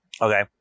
Okay